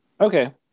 Okay